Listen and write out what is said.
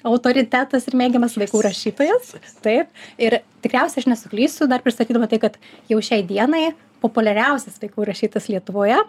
autoritetas ir mėgiamas vaikų rašytojas taip ir tikriausiai aš nesuklysiu dar pristatydama tai kad jau šiai dienai populiariausias vaikų rašytojas lietuvoje